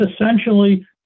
essentially